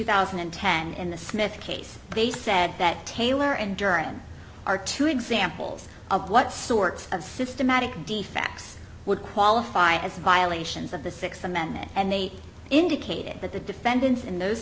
thousand and ten in the smith case they said that taylor and durham are two examples of what sort of systematic de facts would qualify as violations of the sixth amendment and they indicated that the defendants in those